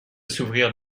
s’ouvrir